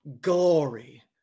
glory